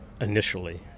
initially